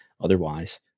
otherwise